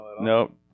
nope